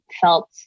felt